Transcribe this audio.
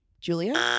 Julia